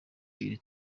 iri